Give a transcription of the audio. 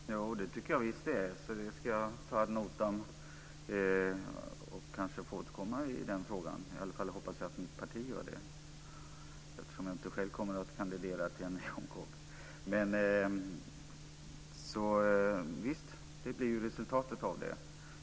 Fru talman! Jo, det tycker jag visst att det är. Det ska jag ta ad notam, och jag ska återkomma i frågan. I alla fall hoppas jag mitt parti gör det, eftersom jag själv inte kommer att kandidera igen. Visst, det blir resultatet.